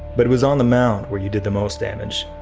but was on the mound where you did the most damage.